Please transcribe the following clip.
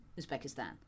Uzbekistan